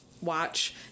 watch